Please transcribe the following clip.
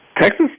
Texas